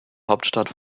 hauptstadt